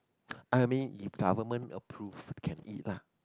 I'll mean if government approve can eat lah